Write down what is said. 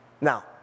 Now